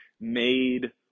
made